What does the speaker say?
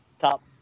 Top